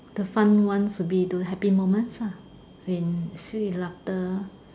the fun ones would be the happy moments lah in sweet laughter